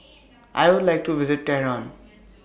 I Would like to visit Tehran